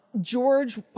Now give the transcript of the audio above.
George